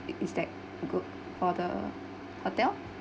it is that good for the hotel